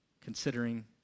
considering